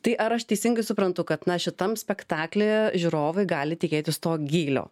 tai ar aš teisingai suprantu kad na šitam spektaklyje žiūrovai gali tikėtis to gylio